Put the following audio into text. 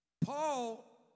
Paul